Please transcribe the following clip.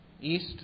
east